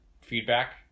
feedback